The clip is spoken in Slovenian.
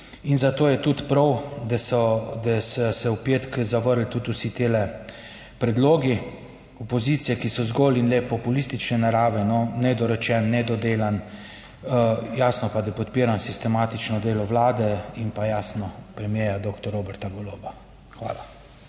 zato je tudi prav, da so, da so se v petek zavrnili tudi vsi ti predlogi opozicije, ki so zgolj in le populistične narave, no, nedorečen, nedodelan. Jasno pa, da podpiram sistematično delo Vlade in pa jasno premierja doktor Roberta Goloba. Hvala.